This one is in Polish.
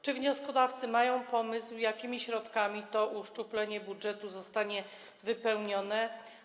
Czy wnioskodawcy mają pomysł, jakimi środkami to uszczuplenie budżetu zostanie wypełnione?